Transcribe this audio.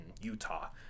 Utah